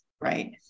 right